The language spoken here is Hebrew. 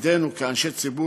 שתפקידנו כאנשי ציבור,